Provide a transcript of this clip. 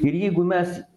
ir jeigu mes